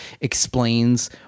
explains